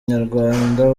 nyarwanda